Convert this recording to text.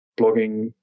blogging